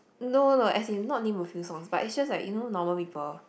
no no no as in not only a few songs but it's just like you know normal people